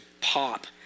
pop